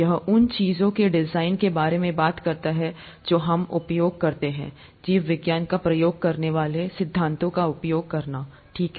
यह उन चीजों के डिजाइन के बारे में बात करता है जो हम उपयोग करते हैं जीवविज्ञान का उपयोग करने वाले सिद्धांतों का उपयोग करना ठीक है